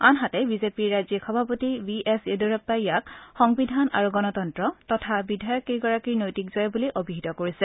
আনহাতে বিজেপৰি ৰাজ্যিক সভাপতি বি এছ য়েডুৰাপ্পাই ইয়াক সংবিধান আৰু গণতন্ত্ৰ তথা বিধায়ককেইগৰাকীৰ নৈতিক জয় বুলি অভিহিত কৰিছে